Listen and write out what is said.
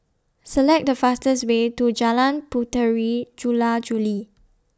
Select The fastest Way to Jalan Puteri Jula Juli